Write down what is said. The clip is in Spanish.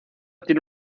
tiene